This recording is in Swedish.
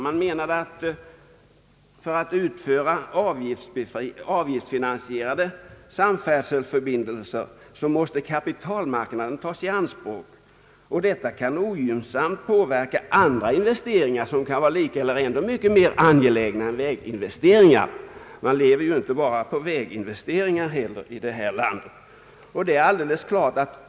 För att man skall kunna bygga avgiftsfinansierade samfärdselförbindelser måste, betonades det, kapitalmarknaden tas i anspråk, vilket ogynnsamt kan påverka andra investeringar, som kan vara lika eller ännu mer angelägna än väginvesteringar. Vi lever ju inte bara på väginvesteringar här i landet.